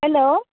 hello